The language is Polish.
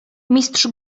mistrz